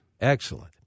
Excellent